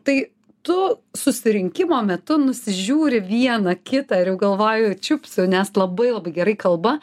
tai tu susirinkimo metu nusižiūri vieną kitą ir jau galvoju čiupsiu nes labai labai gerai kalba